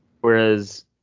Whereas